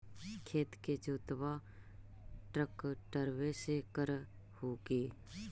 खेत के जोतबा ट्रकटर्बे से कर हू की?